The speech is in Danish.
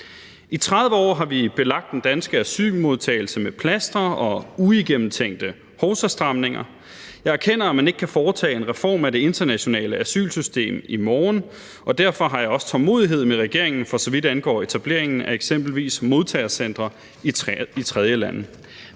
I 30 år har vi belagt den danske asylmodtagelse med plastre og uigennemtænkte hovsastramninger. Jeg erkender, at man ikke kan foretage en reform af det internationale asylsystem i morgen, og derfor har jeg også tålmodighed med regeringen, for så vidt angår etableringen af eksempelvis modtagecentre i tredjelande.